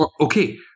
Okay